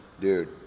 Dude